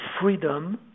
freedom